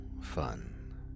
fun